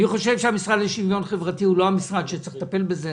אני חושב שהמשרד לשוויון חברתי הוא לא המשרד שצריך לטפל בזה.